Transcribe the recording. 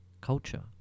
culture